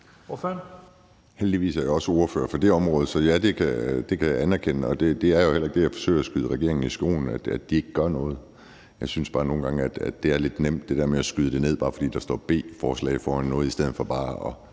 Heldigvis er jeg også ordfører på det område, så ja, det kan jeg anerkende, og det er jo heller ikke det, jeg forsøger at skyde regeringen i skoene, altså at de ikke gør noget. Jeg synes bare nogle gange, at det er lidt nemt, det der med at skyde det ned, bare fordi der står beslutningsforslag foran noget, i stedet for at